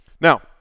Now